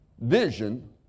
vision